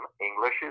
English